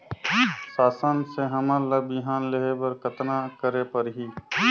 शासन से हमन ला बिहान लेहे बर कतना करे परही?